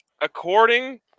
according